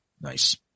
Nice